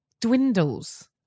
dwindles